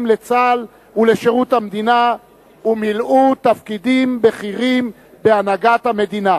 לצה"ל ולשירות המדינה ומילאו תפקידים בכירים בהנהגת המדינה.